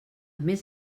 més